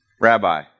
Rabbi